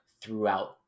throughout